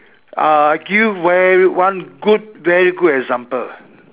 uh give you one one very good example